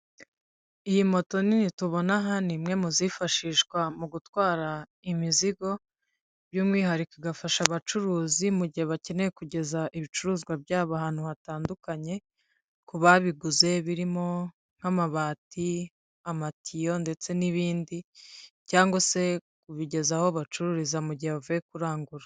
Iyi moto n'iyi tubona aha, ni imwe mu zifashishwa mu gutwara imizigo by'umwihariko igafasha abacuruzi mu gihe bakeneye kugeza ibicuruzwa byabo ahantu hatandukanye ku babiguze birimo nk'amabati, amatiyo ndetse n'ibindi cyangwa se kubigeza aho bacururiza mu gihe bavuye kurangura.